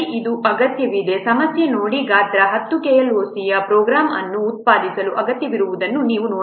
ಇದು ಅಗತ್ಯವಿದೆ ಸಮಸ್ಯೆಯಿಂದ ನೋಡಿ ಗಾತ್ರ 10 KLOC ಯಾ ಪ್ರೋಗ್ರಾಂ ಅನ್ನು ಉತ್ಪಾದಿಸಲು ಅಗತ್ಯವಿರುವುದನ್ನು ನೀವು ನೋಡಬಹುದು